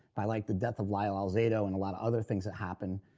by like the death of lyle alzado and a lot of other things that happened,